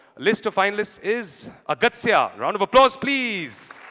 list of finalists is agastya. round of applause, please.